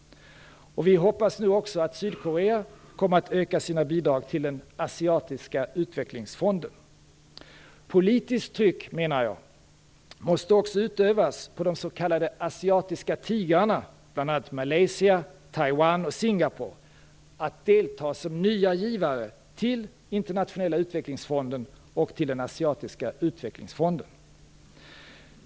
Vi hoppas nu också att Sydkorea kommer att öka sina bidrag till Asiatiska utvecklingsfonden. Politiskt tryck måste också utövas på de s.k. asiatiska tigrarna, bl.a. Malaysia, Taiwan och Singapore, att delta som nya givare till den internationella utvecklingsfonden och den asiatiska utvecklingsfonden.